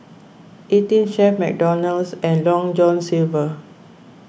eighteen Chef McDonald's and Long John Silver